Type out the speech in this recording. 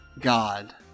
God